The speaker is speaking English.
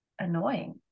annoying